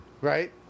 right